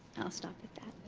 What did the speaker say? i'll stop at that.